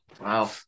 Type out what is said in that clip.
Wow